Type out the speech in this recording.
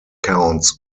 counts